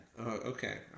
okay